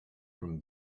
from